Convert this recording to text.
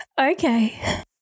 Okay